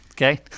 Okay